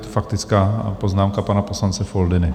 Faktická poznámka pana poslance Foldyny.